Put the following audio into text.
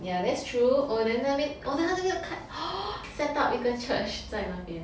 yeah that's true oh then 在那边 oh 那个那个 set up 一个 church 在那边